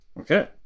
Okay